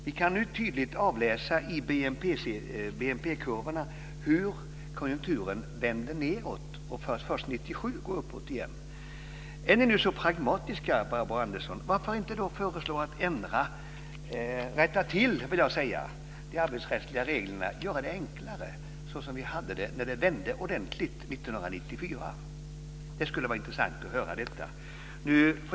Vi kan nu i BNP-kurvorna tydligt utläsa hur konjunkturen vände nedåt för att först 1997 vända uppåt igen. Är ni nu så pragmatiska, Barbro Andersson Öhrn, varför då inte föreslå att rätta till och förenkla de arbetsrättsliga reglerna till det läge vi hade år 1994, när konjunkturen vände ordentligt? Det skulle vara intressant att få en kommentar till detta.